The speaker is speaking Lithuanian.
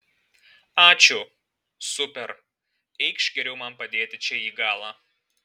ačiū super eikš geriau man padėti čia į galą